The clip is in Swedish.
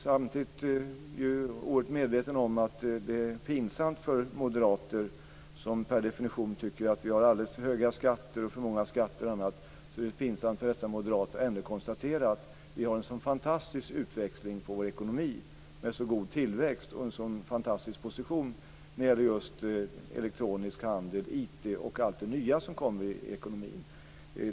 Samtidigt är jag medveten om att det är pinsamt för moderater, som per definition tycker att vi har alldeles för höga skatter, för många skatter osv., att ändå konstatera att vi har en sådan fantastisk utväxling på vår ekonomi, en sådan god tillväxt och en sådan fantastisk position när det gäller just elektronisk handel, IT och allt det nya som kommer i ekonomin.